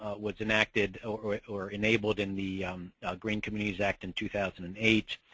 was enacted or or enabled in the green communities act in two thousand and eight.